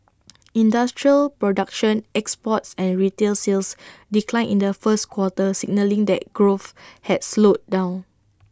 industrial production exports and retail sales declined in the first quarter signalling that growth had slowed down